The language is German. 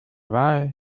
wahl